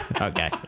Okay